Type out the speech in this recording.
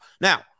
Now